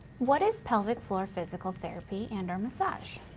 what is pelvic floor physical therapy and or massage?